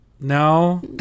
No